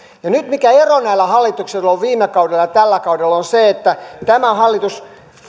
nyt se ero mikä näillä hallituksilla on viime kaudella ja tällä kaudella on se että tämä hallitus